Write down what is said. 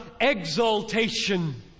exaltation